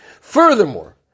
Furthermore